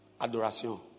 Adoration